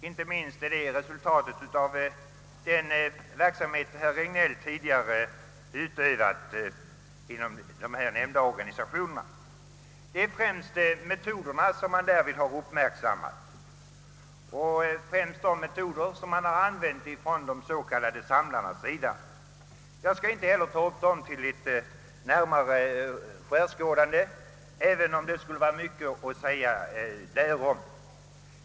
Inte minst är detta resultatet av den verksamhet herr Regnéll tidigare bedrivit inom de nämnda organisationerna. Det är främst metoderna som man därvid har uppmärksammat, särskilt de metoder som har använts av de s.k. samlarna. Jag skall inte heller ta upp dessa metoder till närmare skärskådande, även om det skulle vara mycket att säga därom.